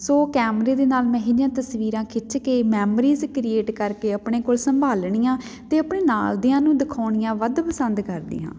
ਸੋ ਕੈਮਰੇ ਦੇ ਨਾਲ ਮੈਂ ਇਹੀ ਜੀਆਂ ਤਸਵੀਰਾਂ ਖਿੱਚ ਕੇ ਮੈਮਰੀਜ਼ ਕ੍ਰੀਏਟ ਕਰਕੇ ਆਪਣੇ ਕੋਲ ਸੰਭਾਲਣੀਆਂ ਅਤੇ ਆਪਣੇ ਨਾਲ ਦਿਆਂ ਨੂੰ ਦਿਖਾਉਣੀਆਂ ਵੱਧ ਪਸੰਦ ਕਰਦੀ ਹਾਂ